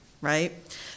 right